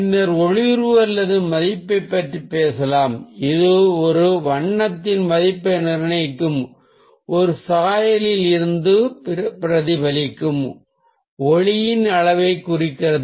பின்னர் ஒளிர்வு அல்லது மதிப்பைப் பற்றி பேசலாம் இது ஒரு வண்ணத்தின் மதிப்பை நிர்ணயிக்கும் ஒரு சாயலில் இருந்து பிரதிபலிக்கும் ஒளியின் அளவைக் குறிக்கிறது